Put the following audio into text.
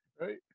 Right